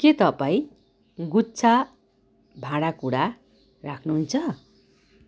के तपाईँ गुच्छा भाँडाकुँडा राख्नुहुन्छ